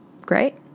Great